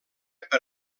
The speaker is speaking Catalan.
per